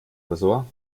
tresor